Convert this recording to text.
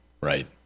Right